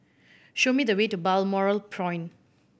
show me the way to Balmoral Point